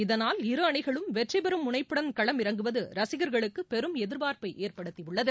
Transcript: இதனால் இரு அணிகளும் வெற்றி பெறும் முனைப்புடன் களம் இறங்குவது ரசிகர்களுக்கு பெரும் எதிர்பார்ப்பை ஏற்படுத்தியுள்ளது